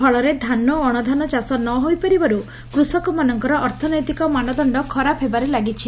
ଫଳରେ ଧାନ ଓ ଅଶଧାନ ଚାଷ ନ ହୋଇପାରିବାରୁ କୃଷକମାନଙ୍କର ଅର୍ଥନୈତିକ ମାନଦଣ୍ଡ ଖରାପ ହେବାର ଲାଗିଛି